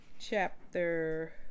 chapter